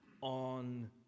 on